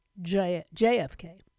JFK